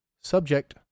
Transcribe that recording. Subject